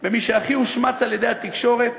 דווקא במי שהכי הושמץ על-ידי התקשורת,